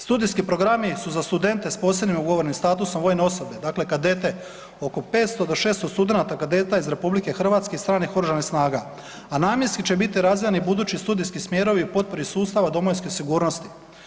Studijski programi su za studente s posebnim ugovorenim statusom vojne osobe, dakle kadeti, oko 500 do 600 studenata kadeta iz RH i stranih OS-a a namjenski će biti razvijeni budući studijski smjerovi potpori sustava domovinske sigurnosti.